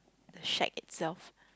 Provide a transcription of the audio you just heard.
like shake itself